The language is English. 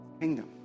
Kingdom